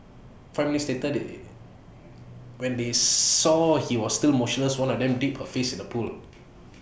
five minutes later they when they saw he was still motionless one of them dipped her face in the pool